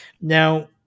Now